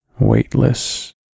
weightless